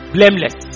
Blameless